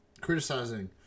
criticizing